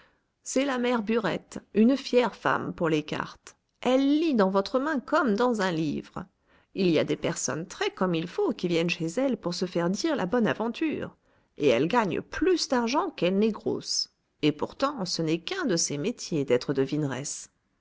c'est la mère burette une fière femme pour les cartes elle lit dans votre main comme dans un livre il y a des personnes très comme il faut qui viennent chez elle pour se faire dire la bonne aventure et elle gagne plus d'argent qu'elle n'est grosse et pourtant ce n'est qu'un de ses métiers d'être devineresse